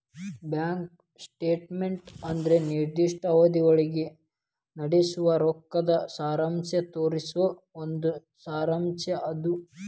bank statement ಅಂದ್ರ ನಿರ್ದಿಷ್ಟ ಅವಧಿಯೊಳಗ ನಡಸೋ ರೊಕ್ಕದ್ ಸಾರಾಂಶ ತೋರಿಸೊ ಒಂದ್ ಸಾರಾಂಶ್ ಅದ